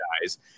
guys